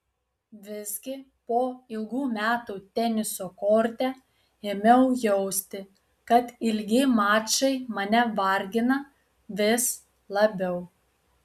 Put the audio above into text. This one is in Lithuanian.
visgi po ilgų metų teniso korte ėmiau jausti kad ilgi mačai mane vargina vis labiau